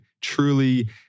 truly